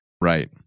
Right